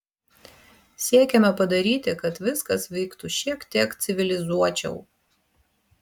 siekiame padaryti kad viskas vyktų šiek tiek civilizuočiau